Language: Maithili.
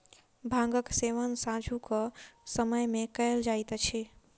भांगक सेवन सांझुक समय मे कयल जाइत अछि